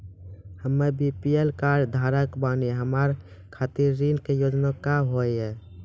हम्मे BPL card धारक बानि हमारा खातिर ऋण के योजना का होव हेय?